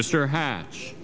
mr hatch